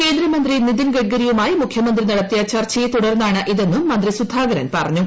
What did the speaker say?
കേന്ദ്രമന്ത്രി നിതിൻ ഗഡ്കരിയുമായി മുഖ്യമന്ത്രി നടത്തിയ ചർച്ചയെ തുടർന്നാണ് ഇതെന്നും മന്ത്രി സുധാകരൻ നിയമസഭയിൽ പറഞ്ഞു